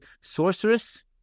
sorceress